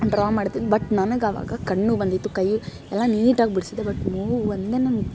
draw ಮಾಡ್ತೀನಿ but ನನಗೆ ಅವಾಗ ಕಣ್ಣು ಬಂದಿತ್ತು ಕೈ ಎಲ್ಲ ನೀಟಾಗಿ ಬಿಡ್ಸಿದೆ ಬಟ್ ಮೂಗು ಒಂದೇ ನನ್ಗೆ